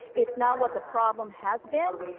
it's not what the problem has been,